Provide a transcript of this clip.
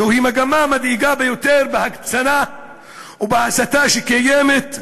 זוהי מגמה מדאיגה ביותר בהקצנה ובהסתה שקיימת.